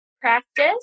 practice